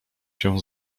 się